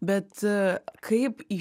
bet kaip į